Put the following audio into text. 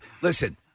listen